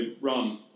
run